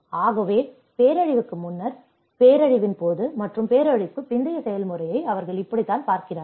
ஆகவே பேரழிவுக்கு முன்னர் பேரழிவின் போது மற்றும் பேரழிவுக்குப் பிந்தைய செயல்முறையை அவர்கள் இப்படித்தான் பார்த்தார்கள்